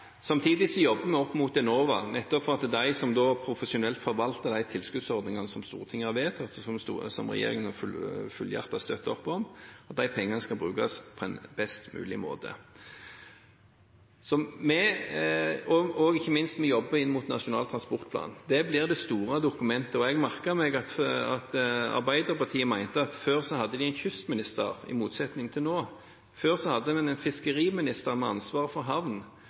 jobber vi opp mot Enova, nettopp fordi det er de som profesjonelt forvalter de tilskuddsordningene som Stortinget har vedtatt, og som regjeringen støtter helhjertet opp om – at de pengene skal brukes på en best mulig måte. Ikke minst jobber vi inn mot Nasjonal transportplan, det blir det store dokumentet. Jeg merket meg at Arbeiderpartiet mente at før hadde de en kystminister, i motsetning til nå. Før hadde man en fiskeriminister med ansvar for havn.